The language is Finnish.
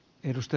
salo